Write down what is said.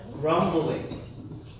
Grumbling